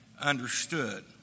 understood